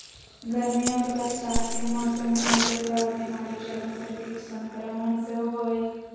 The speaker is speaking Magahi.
गर्मी और बरसात के मौसम में होबे वला बीमारी ज्यादातर कीट संक्रमण से होबो हइ